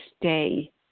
stay